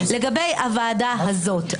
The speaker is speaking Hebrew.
לגבי הוועדה הזאת,